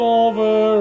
over